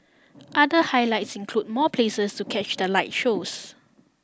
other highlights include more places to catch the light shows